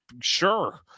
sure